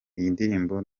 iyindirimbo